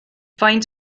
faint